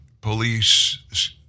police